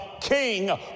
king